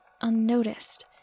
unnoticed